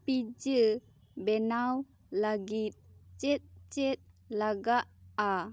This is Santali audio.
ᱯᱤᱡᱽᱡᱟᱹ ᱵᱮᱱᱟᱣ ᱞᱟᱜᱤᱫ ᱪᱮᱫ ᱪᱮᱫ ᱞᱟᱜᱟᱜᱼᱟ